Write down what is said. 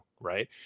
Right